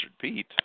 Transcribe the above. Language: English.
Pete